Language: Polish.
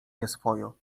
nieswojo